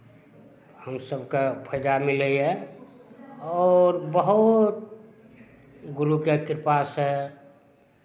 हमसभकेँ फाइदा मिलैए आओर बहुत गुरुके कृपासँ